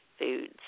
foods